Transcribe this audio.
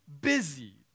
busy